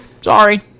Sorry